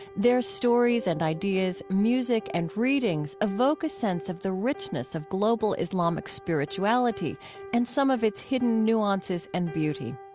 their stories and ideas, music and readings evoke a sense of the richness of global islamic spirituality and some of its hidden nuances and beauty.